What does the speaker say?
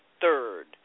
third